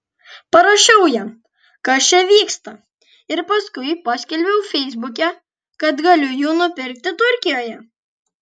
parašiau jam kas čia vyksta ir paskui paskelbiau feisbuke kad galiu jų nupirkti turkijoje